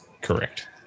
Correct